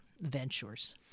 Ventures